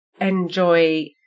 enjoy